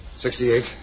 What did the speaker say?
Sixty-eight